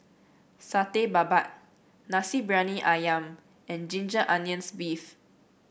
Satay Babat Nasi Briyani ayam and Ginger Onions beef